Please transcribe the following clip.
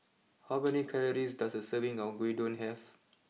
how many calories does a serving of Gyudon have